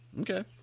Okay